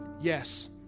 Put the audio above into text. yes